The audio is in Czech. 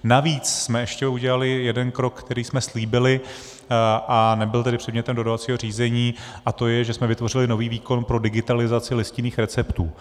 Navíc jsme ještě udělali jeden krok, který jsme slíbili a nebyl předmětem dohodovacího řízení, a to je, že jsme vytvořili nový výkon pro digitalizaci listinných receptů.